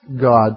God